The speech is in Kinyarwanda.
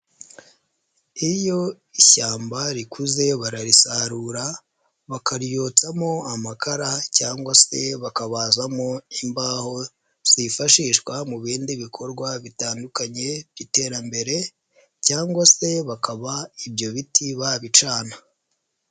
Iyo ishyamba rikuze bararisarura bakayotsamo amakara cyangwa se bakabazazamo imbaho zifashishwa mu bindi bikorwa bitandukanye by'iterambere cyangwa se bakaba ibyo biti babicana.